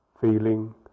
feeling